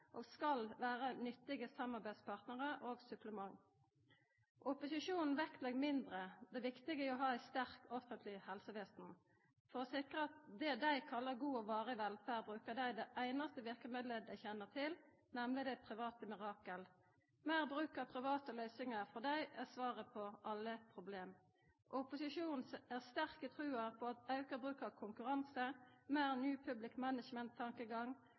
og skal vera nyttige samarbeidspartnarar og eit supplement. Opposisjonen vektlegg mindre det viktige i å ha eit sterkt offentleg helsevesen. For å sikra det dei kallar god og varig velferd, brukar dei det einaste verkemiddelet dei kjenner til, nemleg det private mirakel. Meir bruk av private løysingar er for dei svaret på alle problem. Opposisjonen er sterk i trua på at auka bruk av konkurranse,